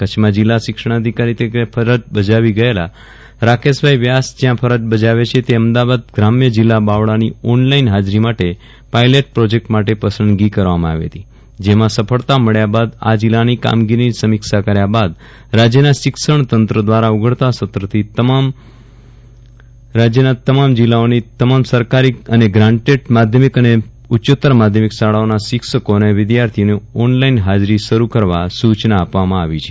કચ્છમાં જિલ્લા શિક્ષણાધિકારી તરીકે ફરજ બજાવી ગયેલા રાકેશભાઈ વ્યાસ જ્યાં ફરજ બજાવે છે તે અમદાવાદ ગ્રામ્ય જિલ્લા બાવળાની ઓનલાઈન હાજરી માટે પાઈલટ પ્રોજેક્ટ માટે પસંદગી કરવામાં આવી હતી જેમાં સફળતા મળ્યા બાદ આ જિલ્લાની કામગીરીની સમીક્ષા કર્યા બાદ રાજ્યના શિક્ષણતંત્ર દ્વારા ઊઘડતા સત્રથી સમગ્ર રાજ્યના જિલ્લાઓની તમામ સરકારી અને ગ્રાન્ટેડ માધ્યમિક અને ઉચ્ચ માધ્યમિક શાળાઓના શિક્ષકો અને વિદ્યાર્થીઓની ઓનલાઈન હાજરી શરૂ કરવા સૂચના અપાઈ છે